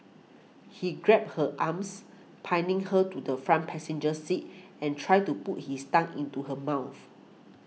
he grabbed her arms pinning her to the front passenger seat and tried to put his tongue into her mouth